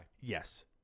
Yes